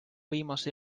viimase